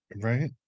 Right